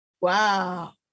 Wow